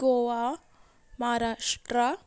Goa Maharashtra